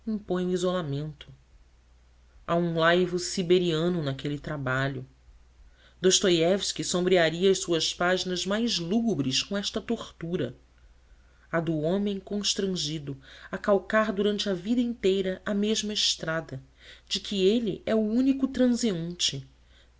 impõe o isolamento há um laivo siberiano naquele trabalho dostoiévski sombrearia as suas páginas mais lúgubres com esta tortura a do homem constrangido a calcar durante a vida inteira a mesma estrada de que é ele o único transeunte